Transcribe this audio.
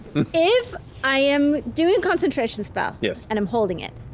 if i am doing a concentration spell, yeah and i'm holding it,